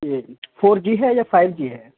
جی four G ہے یا five G ہے